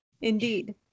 indeed